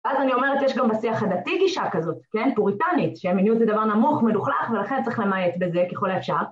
אז אני אומרת, יש גם בשיח הדתי גישה כזאת, כן? פוריטנית, שמיניות זה דבר נמוך, מלוכלך, ולכן צריך למעט בזה ככל האפשר.